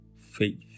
faith